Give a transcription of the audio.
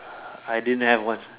I didn't have one